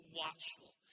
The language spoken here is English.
watchful